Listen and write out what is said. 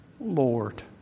Lord